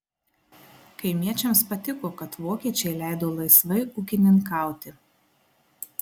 kaimiečiams patiko kad vokiečiai leido laisvai ūkininkauti